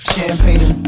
Champagne